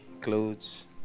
clothes